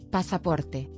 Pasaporte